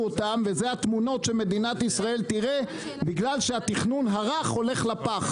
אותם ואלו התמונות שמדינת ישראל תראה בגלל שהתכנון הרך הולך לפח.